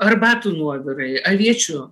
arbatų nuovirai aviečių